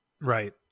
right